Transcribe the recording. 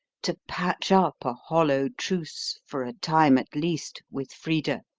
to patch up a hollow truce for a time at least with frida,